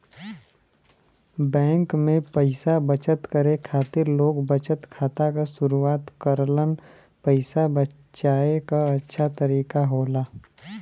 bank में पइसा बचत करे खातिर लोग बचत खाता क शुरआत करलन पइसा बचाये क अच्छा तरीका होला